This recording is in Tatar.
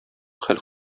хәл